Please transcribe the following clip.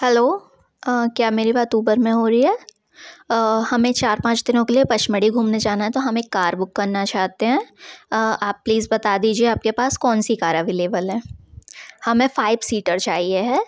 hello क्या मेरी बात उबर में हो रही है हमें चार पाँच दिनों के लिए पचमढ़ी घूमने जाना है तो हम एक कार बुक करना चाहते हैं आप प्लीज़ बता दीजिए आपके पास कौन सी कार अवेलेबल है हमें फाइव सीटर चाहिए है